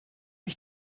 ich